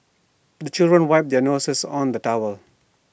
the children wipe their noses on the towel